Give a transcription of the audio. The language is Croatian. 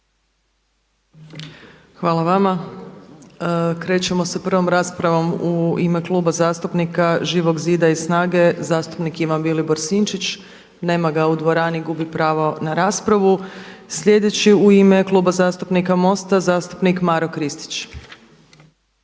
Hvala vama. Krećemo sa prvom raspravom u ime Kluba zastupnika Živog zida i SNAGA-e zastupnik Ivan Vilibor Sinčić. Nema ga u dvorani, gubi pravo na raspravu. Sljedeći u ime Kluba zastupnika MOST-a zastupnik Maro Kristić.